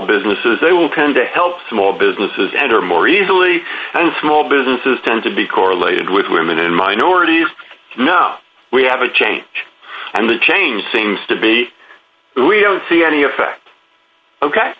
businesses they will tend to help small businesses that are more easily and small businesses tend to be correlated with women and minorities now we have a change and the change seems to be we don't see any effect ok